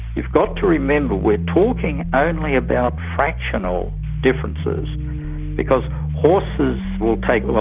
you've got to remember, we're talking only about fractional differences because horses will take,